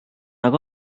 aga